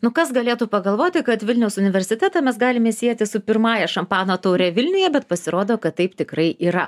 nu kas galėtų pagalvoti kad vilniaus universitetą mes galime sieti su pirmąja šampano taure vilniuje bet pasirodo kad taip tikrai yra